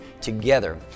Together